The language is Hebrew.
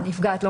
הניסוח פה לא